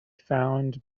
found